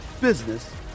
business